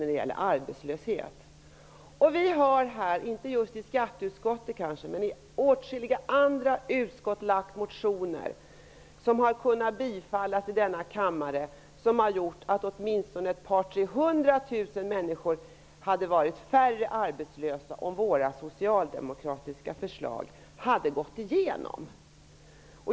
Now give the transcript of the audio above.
Vi socialdemokrater har här, kanske inte just på skatteutskottets men på åtskilliga andra utskotts områden, väckt motioner som hade kunnat bifallas i denna kammare och som skulle ha gjort att åtminstone ett par eller tre hundra tusen människor färre hade varit arbetslösa, om förslagen hade gått igenom.